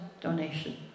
donation